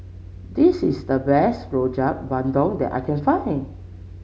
this is the best Rojak Bandung that I can find